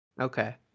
Okay